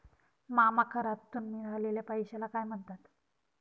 मामा करातून मिळालेल्या पैशाला काय म्हणतात?